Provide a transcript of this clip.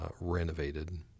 renovated